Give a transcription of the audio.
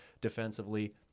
defensively